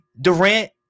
Durant